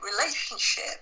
relationship